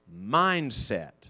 mindset